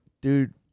Dude